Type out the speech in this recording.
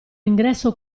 ingresso